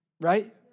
right